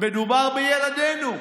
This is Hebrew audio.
מדובר בילדינו.